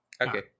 Okay